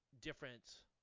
different